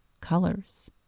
colors